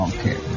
Okay